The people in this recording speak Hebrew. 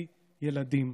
ילדים.